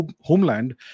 homeland